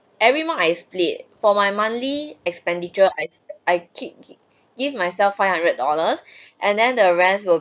every month I split for my monthly expenditure as I keep give myself five hundred dollars and then the rest will